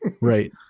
Right